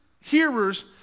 hearers